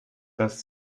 das